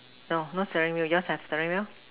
no no steering wheel yours have steering wheel